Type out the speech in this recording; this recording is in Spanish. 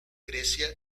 grecia